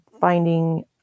finding